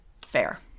fair